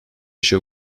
show